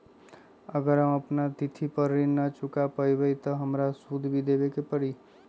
अगर हम अपना तिथि पर ऋण न चुका पायेबे त हमरा सूद भी देबे के परि?